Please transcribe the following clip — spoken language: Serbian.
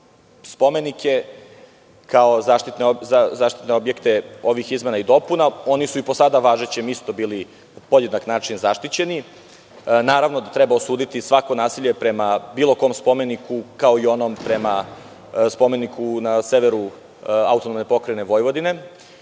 spomenike kao zaštitne objekte ovih izmena i dopuna. Oni su i po sada važećem zakonu isto bili na podjednak način zaštićeni. Naravno da treba osuditi svako nasilje prema bilo kom spomeniku, kao i onom spomeniku na severu AP Vojvodine,